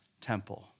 temple